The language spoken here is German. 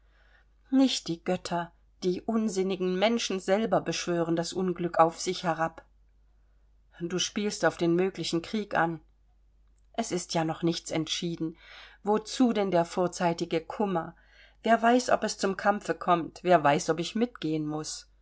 nicht die götter die unsinnigen menschen selber beschwören das unglück auf sich herab du spielst auf den möglichen krieg an es ist ja noch nichts entschieden wozu denn der vorzeitige kummer wer weiß ob es zum kampfe kommt wer weiß ob ich mitgehen muß